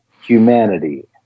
humanity